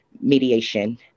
mediation